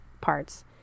parts